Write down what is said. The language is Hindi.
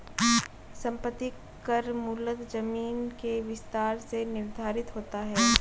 संपत्ति कर मूलतः जमीन के विस्तार से निर्धारित होता है